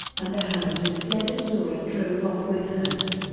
and the harrises fled the store and drove off with hearst.